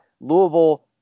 Louisville